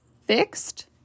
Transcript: fixed